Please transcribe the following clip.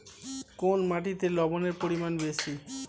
কোন মাটিতে লবণের পরিমাণ বেশি?